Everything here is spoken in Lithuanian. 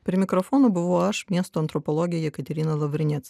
prie mikrofono buvau aš miesto antropologė jekaterina lavrinec